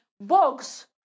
bugs